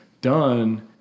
done